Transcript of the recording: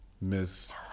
Miss